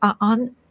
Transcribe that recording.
on